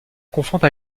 confondre